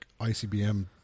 ICBM